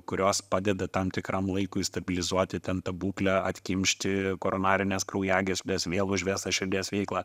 kurios padeda tam tikram laikui stabilizuoti ten būklę atkimšti koronarines kraujagysles vėl užvest tą širdies veiklą